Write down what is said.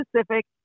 specific